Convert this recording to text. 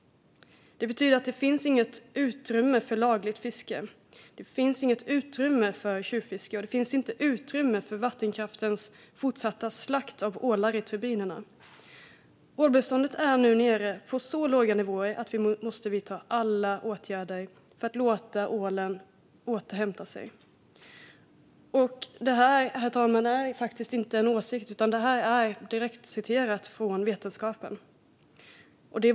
Det betyder att det inte finns något utrymme för lagligt fiske eller för tjuvfiske. Det finns inte heller utrymme för vattenkraftens fortsatta slakt av ålar i turbinerna. Ålbeståndet är nu nere på så låga nivåer att vi måste vidta alla åtgärder för att låta ålen återhämta sig. Herr talman! Det är inte en åsikt. Det är direkt citerat från vetenskapen.